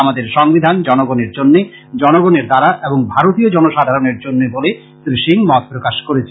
আমাদের সংবিধান জনগনের জন্য জনগণের দ্বারা এবং ভারতীয় জনসাধারণের জন্য বলে শ্রী সিং মত প্রকাশ করেছেন